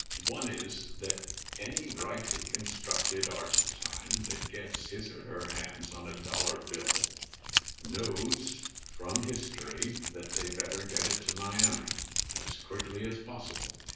one is that any rightly constructed argentine that gets his or her hands on a dollar bill knows from history that they better get it to miami as quickly as possible.